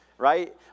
Right